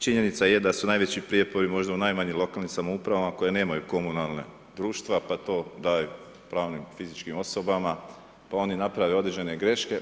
Činjenica je da su najveći prijepori možda u najmanjim lokalnim samoupravama koje nemaju komunalna društva pa to daju pravnim i fizičkim osobama pa oni naprave određene greške.